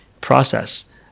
process